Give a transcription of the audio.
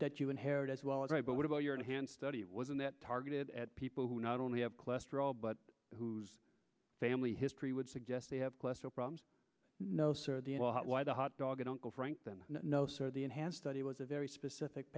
that you inherit as well as right but what about your enhanced study wasn't that targeted at people who not only have cholesterol but whose family history would suggest they have cholesterol problems no sir why the hotdogging uncle frank then no sir the enhanced study was a very specific